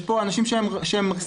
יש פה אנשים שהם סרנים,